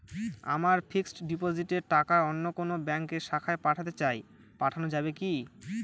আমার ফিক্সট ডিপোজিটের টাকাটা অন্য কোন ব্যঙ্কের শাখায় পাঠাতে চাই পাঠানো যাবে কি?